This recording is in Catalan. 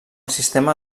sistema